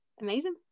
amazing